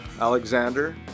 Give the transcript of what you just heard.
Alexander